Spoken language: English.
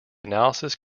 analysis